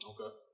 Okay